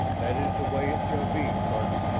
that is the way it shall be, tatar!